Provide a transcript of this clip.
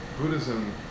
Buddhism